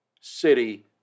City